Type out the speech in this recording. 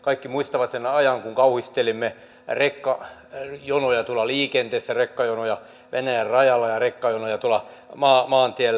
kaikki muistavat sen ajan kun kauhistelimme rekkajonoja tuolla liikenteessä rekkajonoja venäjän rajalla ja rekkajonoja tuolla maantiellä